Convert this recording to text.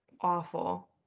Awful